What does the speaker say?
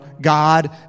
God